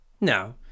No